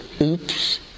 oops